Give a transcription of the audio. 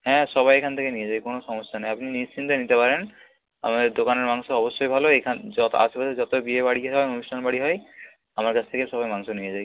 হ্যাঁ সবাই এখান থেকে নিয়ে যায় কোনো সমস্যা নেই আপনি নিশ্চিন্তে নিতে পারেন আমাদের দোকানের মাংস অবশ্যই ভালো আশেপাশের যত বিয়ে বাড়ি হয় অনুষ্ঠান বাড়ি হয় আমার কাছ থেকে সবাই মাংস নিয়ে যায়